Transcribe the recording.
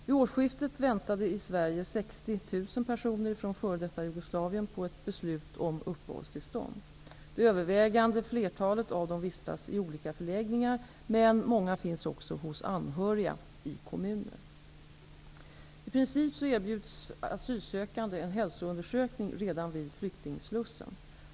Vid årsskiftet väntade i Sverige 60 000 personer från f.d. Jugoslavien på ett beslut om uppehållstillstånd. Det övervägande flertalet av dem vistas i olika förläggningar, men många finns också hos anhöriga i kommuner. I princip erbjuds asylsökande en hälsoundersökning redan vid flyktingslussen.